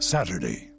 Saturday